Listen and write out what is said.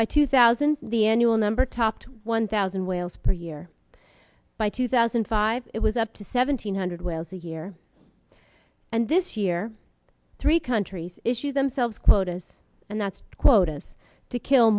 by two thousand the annual number topped one thousand whales per year by two thousand and five it was up to seven hundred whales a year and this year three countries issue themselves quotas and that's quotas to kill